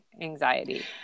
anxiety